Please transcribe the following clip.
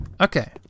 Okay